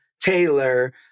Taylor